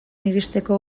iristeko